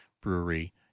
brewery